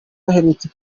aherutse